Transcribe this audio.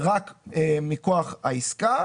רק מכוח העסקה